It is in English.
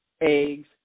eggs